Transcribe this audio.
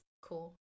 Cool